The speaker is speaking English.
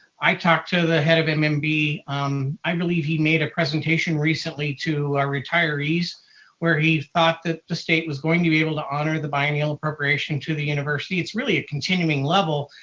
i talked to the head of and mmb. and um i believe he made a presentation recently to ah retirees where he thought that the state was going to be able to honor the biennial appropriation to the university. it's really a continuing level.